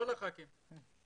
כל חברי הכנסת.